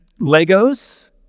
Legos